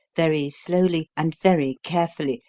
very slowly and very carefully,